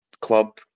club